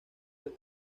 del